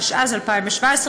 התשע"ז 2017,